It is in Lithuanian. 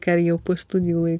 ką jau studijoje